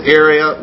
area